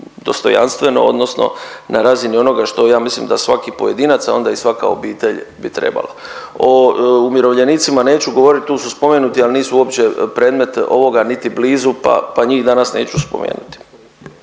odnosno na razini onoga što ja mislim da svaki pojedinac, a onda i svaka obitelj bi trebala. O umirovljenicima neću govorit, tu su spomenuti, ali nisu uopće predmet ovoga niti blizu pa, pa njih danas neću spomenuti.